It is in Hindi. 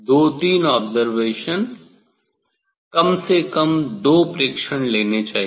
दो तीन ऑब्जरवेशन कम से कम दो प्रेक्षण लेने चाहिए